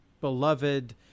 beloved